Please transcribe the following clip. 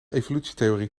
evolutietheorie